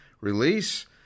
release